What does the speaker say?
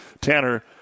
Tanner